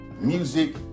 music